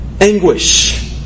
anguish